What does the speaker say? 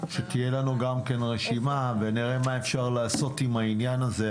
שתהיה לנו גם רשימה ונראה מה אפשר לעשות עם העניין הזה.